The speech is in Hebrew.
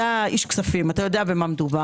אתה איש כספים, אתה יודע על מה מדובר.